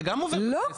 זה גם עובר בכנסת.